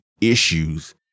Issues